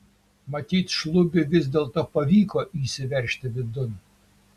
matyt šlubiui vis dėlto pavyko įsiveržti vidun